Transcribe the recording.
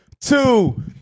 two